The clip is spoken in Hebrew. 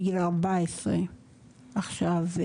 מגיל 14. עכשיו,